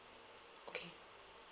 okay